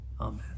Amen